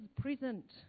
present